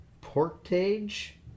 Portage